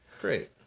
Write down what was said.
great